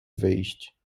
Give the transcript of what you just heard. wyjść